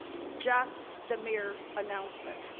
just the mere announcement.